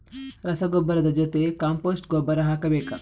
ರಸಗೊಬ್ಬರದ ಜೊತೆ ಕಾಂಪೋಸ್ಟ್ ಗೊಬ್ಬರ ಹಾಕಬೇಕಾ?